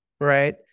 Right